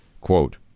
Quote